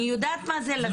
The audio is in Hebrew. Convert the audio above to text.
אני יודעת מה זה לשים